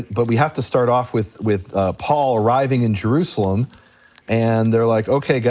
but we have to start off with with paul arriving in jerusalem and they're like, okay, yeah